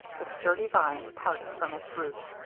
the sturdy vine parted from its root.